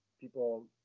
people